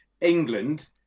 England